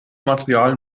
material